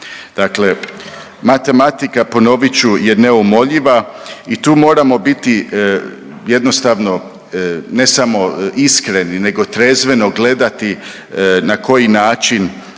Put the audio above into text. Dakle, matematika ponovit ću je neumoljiva i tu moramo biti jednostavno ne samo iskreni nego trezveno gledati na koji način